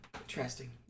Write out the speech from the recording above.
Interesting